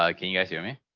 ah can you guys hear me?